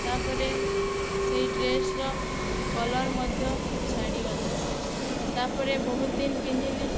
ତା ପରେ ସେଇ ଡ୍ରେସର କଲର୍ ମଧ୍ୟ ଛାଡ଼ିଗଲା ତା ପରେ ବହୁତ ଦିନ ପିନ୍ଧିଲି